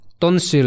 tonsil